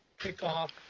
kick off